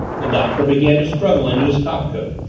the doctor began to struggle into his topcoat,